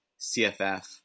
CFF